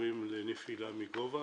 הקשורות לנפילה מגובה.